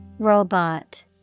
Robot